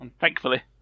thankfully